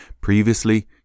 Previously